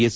S